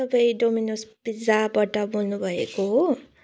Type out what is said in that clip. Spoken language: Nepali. तपाईँ डोमिनोस पिज्जाबाट बोल्नु भएको हो